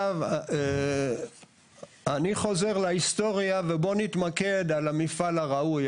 אני חוזר להיסטוריה ובו נתמקד על המפעל הראוי.